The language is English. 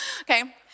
okay